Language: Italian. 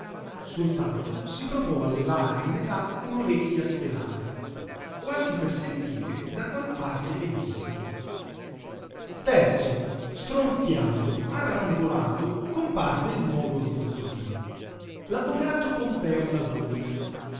soltanto si provò a levare a metà un'orecchia spelata quasi per sentire da qual parte venissero terzo stronfiando arrangolato comparve il nuovo avventore l'avvocato pompeo lagúmina